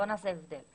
בואו נעשה הבדל.